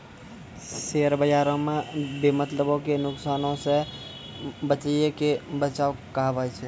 share बजारो मे बेमतलबो के नुकसानो से बचैये के बचाव कहाबै छै